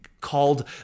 called